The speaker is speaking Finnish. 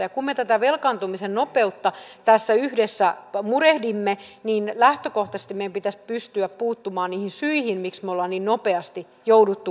ja kun me tätä velkaantumisen nopeutta tässä yhdessä murehdimme niin lähtökohtaisesti meidän pitäisi pystyä puuttumaan niihin syihin miksi me olemme niin nopeasti joutuneet velkaantumaan